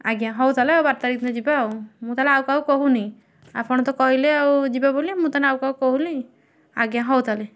ଆଜ୍ଞା ହଉ ତାହେଲେ ଆଉ ବାର ତାରିଖ ଦିନ ଯିବା ଆଉ ମୁଁ ତାହେଲେ ଆଉ କାହାକୁ କାହୁନି ଆପଣ ତ କହିଲେ ଆଉ ଯିବେ ବୋଲି ମୁଁ ତାନେ ଆଉ କାହାକୁ କହୁନି ଆଜ୍ଞା ହଉ ତାହେଲେ